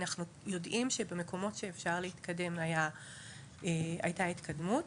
אנחנו יודעים שבמקומות שאפשר להתקדם הייתה התקדמות.